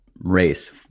race